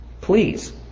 Please